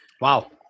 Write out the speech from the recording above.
Wow